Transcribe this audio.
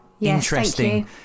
interesting